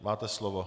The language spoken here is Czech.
Máte slovo.